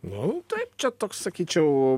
nu taip čia toks sakyčiau